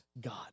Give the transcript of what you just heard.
God